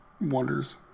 wonders